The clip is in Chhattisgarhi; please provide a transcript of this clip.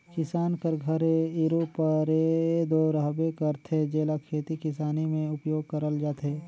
किसान कर घरे इरूपरे दो रहबे करथे, जेला खेती किसानी मे उपियोग करल जाथे